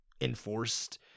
enforced